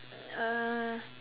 uh